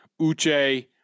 Uche